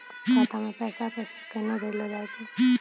खाता से पैसा केना भेजलो जाय छै?